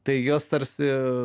tai jos tarsi